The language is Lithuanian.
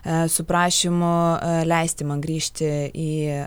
e su prašymu leisti man grįžti į